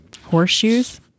Horseshoes